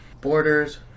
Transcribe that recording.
Borders